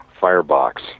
firebox